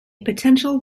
potential